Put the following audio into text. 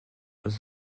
dans